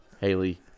Haley